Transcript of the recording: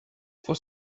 for